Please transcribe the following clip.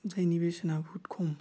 जायनि बेसेना बहुद खम